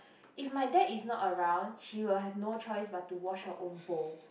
if my dad is not around she will have no choice but to wash her own bowl